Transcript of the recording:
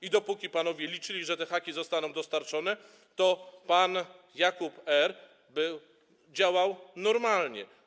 I dopóki panowie liczyli, że te haki zostaną dostarczone, to pan Jakub R. działał normalnie.